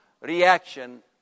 reaction